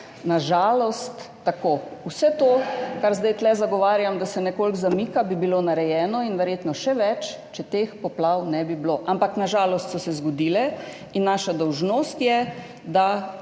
na žalost tako. Vse to, kar zdaj tu zagovarjam, da se nekoliko zamika, bi bilo narejeno, in verjetno še več, če teh poplav ne bi bilo. Ampak na žalost so se zgodile in naša dolžnost je, da